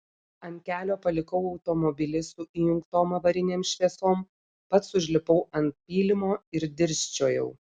ant kelio palikau automobilį su įjungtom avarinėm šviesom pats užlipau ant pylimo ir dirsčiojau